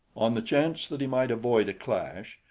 on the chance that he might avoid a clash,